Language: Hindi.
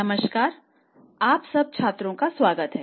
नमस्कार आप सब छात्रों का स्वागत है